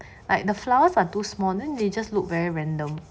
like the flowers are too small then they just look very random